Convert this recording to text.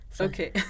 Okay